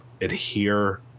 adhere